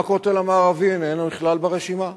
גם הכותל המערבי איננו נכלל ברשימה,